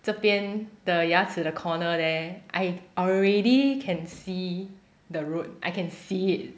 这边的牙齿的 corner there I already you can see the root I can see it